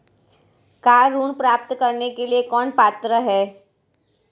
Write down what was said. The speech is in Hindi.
कार ऋण प्राप्त करने के लिए कौन पात्र है?